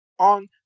on